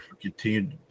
continue